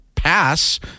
pass